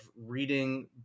reading